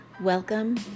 welcome